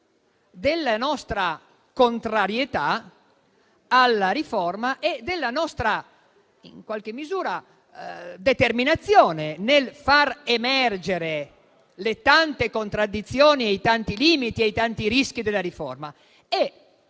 della nostra contrarietà alla riforma e della nostra determinazione nel far emergere le tante contraddizioni, i tanti limiti e i tanti rischi della riforma,